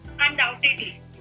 undoubtedly